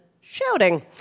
shouting